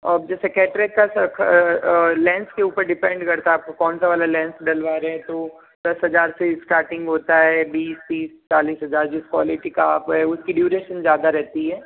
अब जैसे कैटरेक्ट का लेंस के ऊपर डिपेन्ड करता है आप कौन सा वाला लेंस डलवा रहे हैं तो दस हजार से स्टार्टिंग होता है बीस तीस चालीस हजार जिस क्वालिटी का है उसकी ड्यूरेशन ज़्यादा रहती हैं